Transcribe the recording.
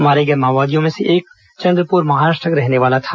मारे गए माओवादियों में एक चंद्रप्र महाराष्ट्र का रहना वाला था